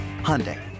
Hyundai